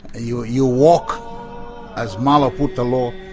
you you walk as malo put the law,